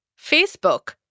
Facebook